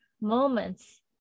moments